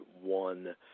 one